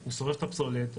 --- הוא שורף את הפסולת,